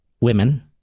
Women